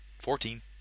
Fourteen